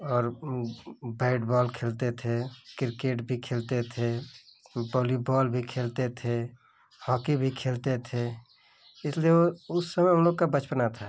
और bat ball खेलते थे किर्केट भी खेलते थे वॉलीबॉल भी खेलते थे हॉकी भी खेलते थे इसलिए वो उस समय हम लोग का बचपना था